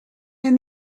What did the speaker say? and